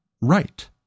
right